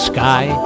Sky